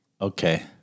Okay